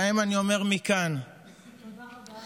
להם אני אומר מכאן, תודה רבה.